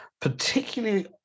particularly